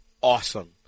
awesome